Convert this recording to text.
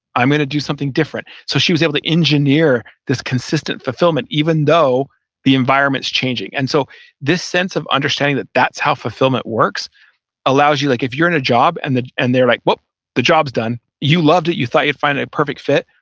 i'm going to do something different. so she was able to engineer this consistent fulfillment even though the environment's changing. and so this sense of understanding that's how fulfillment works allows you, like if you're in a job and and they're like, but the job's done. you loved it, you thought you'd find a perfect fit.